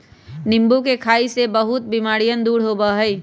नींबू के खाई से बहुत से बीमारियन दूर होबा हई